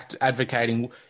advocating